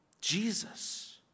Jesus